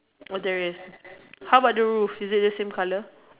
oh there is how about the roof is it the same colour